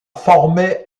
former